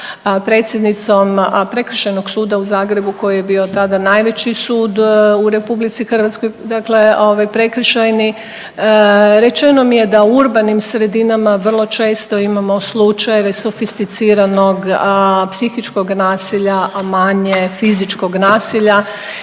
predsjednicom Prekršajnog suda u Zagrebu koji je bio tada najveći sud u RH, dakle ovaj prekršajni rečeno mi je da u urbanim sredinama vrlo često imamo slučajeve sofisticiranog psihičkog naselja, a manje fizičkog nasilja